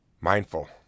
mindful